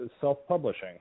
self-publishing